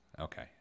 Okay